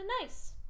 nice